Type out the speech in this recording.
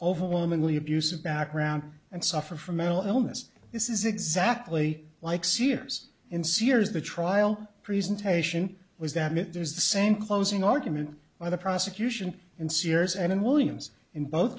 overwhelmingly abusive background and suffer from mental illness this is exactly like sears in sears the trial presentation was that it is the same closing argument for the prosecution and sears and in williams in both